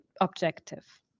objective